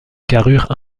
carrure